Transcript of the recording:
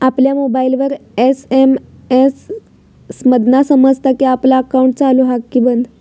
आपल्या मोबाईलवर एस.एम.एस मधना समजता कि आपला अकाउंट चालू हा कि बंद